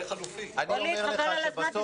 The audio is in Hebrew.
חבל על הזמן.